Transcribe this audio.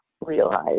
realize